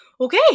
okay